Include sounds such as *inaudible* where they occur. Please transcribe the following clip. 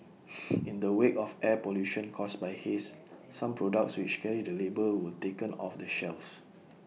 *noise* in the wake of air pollution caused by haze some products which carry the label were taken off the shelves